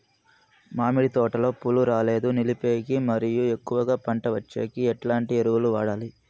మామిడి తోటలో పూలు రాలేదు నిలిపేకి మరియు ఎక్కువగా పంట వచ్చేకి ఎట్లాంటి ఎరువులు వాడాలి?